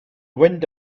wind